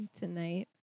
tonight